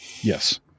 Yes